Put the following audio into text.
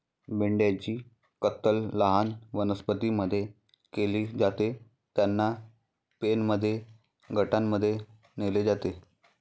मेंढ्यांची कत्तल लहान वनस्पतीं मध्ये केली जाते, त्यांना पेनमध्ये गटांमध्ये नेले जाते